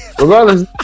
Regardless